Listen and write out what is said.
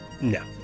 No